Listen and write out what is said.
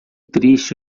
triste